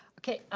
okay.